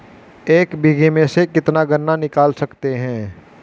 एक बीघे में से कितना गन्ना निकाल सकते हैं?